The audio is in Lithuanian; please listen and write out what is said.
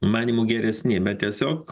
manymu geresni bet tiesiog